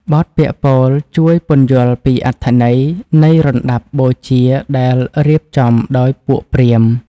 បទពាក្យពោលជួយពន្យល់ពីអត្ថន័យនៃរណ្ដាប់បូជាដែលរៀបចំដោយពួកព្រាហ្មណ៍។